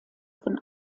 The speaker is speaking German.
von